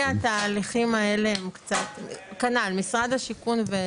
התהליכים האלה הם קצת --- מה קורה במשרד השיכון?